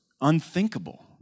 unthinkable